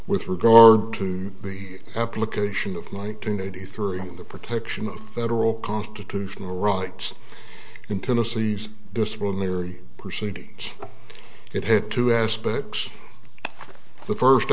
with regard to the application of light to eighty three in the protection of federal constitutional rights in tennessee disciplinary proceedings it had two aspects the first